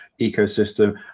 ecosystem